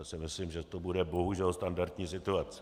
Já si myslím, že to bude, bohužel, standardní situace.